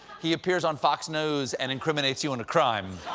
he appears on fox news and incriminates you in a crime.